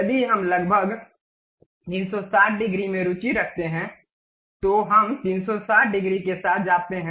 यदि हम लगभग 360 डिग्री में रुचि रखते हैं तो हम 360 डिग्री के साथ जाते हैं